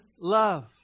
love